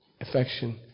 affection